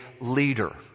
leader